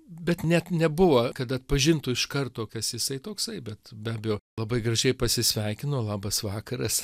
bet net nebuvo kad atpažintų iš karto kas jisai toksai bet be abejo labai gražiai pasisveikino labas vakaras